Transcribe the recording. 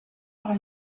par